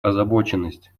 озабоченность